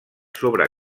sobre